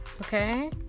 Okay